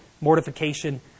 mortification